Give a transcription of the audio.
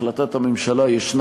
החלטת ממשלה יש,